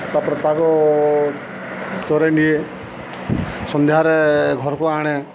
ତା'ପରେ ତାହାକୁ ଚରେଇ ନିଏ ସନ୍ଧ୍ୟାରେ ଘରକୁ ଆଣେ